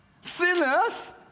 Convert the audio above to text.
Sinners